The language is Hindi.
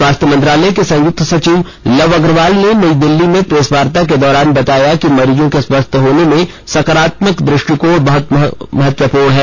स्वास्थ्य मंत्रालय के संयुक्त सचिव लव अग्रवाल ने नई दिल्ली में प्रेस वार्ता के दौरान बताया कि मरीजों के स्वस्थ होने में सकारात्मक दृष्टिकोण बहुत महत्वपूर्ण रहा है